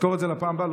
אזכור את זה לפעם הבאה.